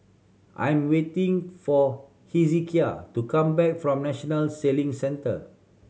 I'm waiting for Hezekiah to come back from National Sailing Centre